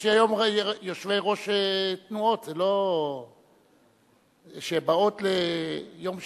יש לי היום יושבי-ראש תנועות, שבאות ליום שלישי.